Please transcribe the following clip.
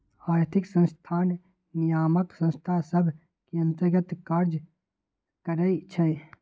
आर्थिक संस्थान नियामक संस्था सभ के अंतर्गत काज करइ छै